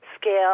Scale